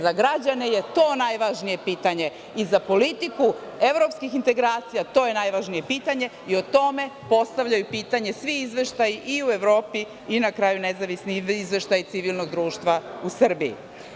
Za građane je to najvažnije pitanje i za politiku evropskih integracija to je najvažnije pitanje i o tome postavljaju pitanje svi izveštaji i u Evropi i na kraju nezavisni izveštaj civilnog društva u Srbiji.